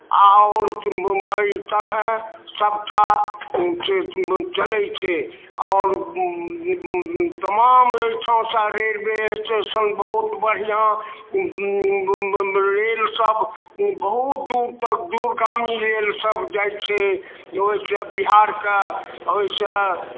आओर एहितरहेँ सभटा से चलैत छै आओर तमाम एहिठाँसँ रेलवे स्टेशन बहुत बढ़िआँ रेलसभ बहुत दूर तक दूरगामी रेलसभ जाइत छै ओहिसँ बिहारके ओहिसँ